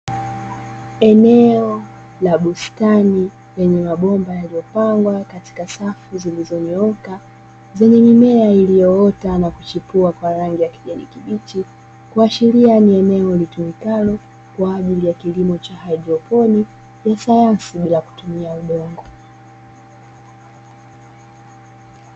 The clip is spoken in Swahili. Eneo la bustani lenye mabomba yaliyopangwa katika safu zilizonyooka zenye mimea iliyoota na kuchipua kwa rangi ya kijani kibichi, kuashiria ni eneo linalotumika kwa ajili ya kilimo cha haidroponi ya sayansi bila kutumia udongo.